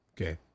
Okay